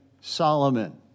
Solomon